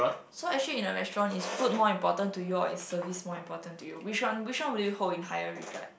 so actually in a restaurant is food more important to you or is service more important to you which one which one will you hold in higher regard